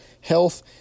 health